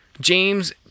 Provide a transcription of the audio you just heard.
James